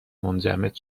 منجمد